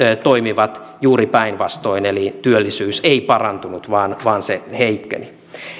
toimivat juuri päinvastoin eli työllisyys ei parantunut vaan vaan heikkeni